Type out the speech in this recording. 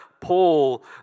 Paul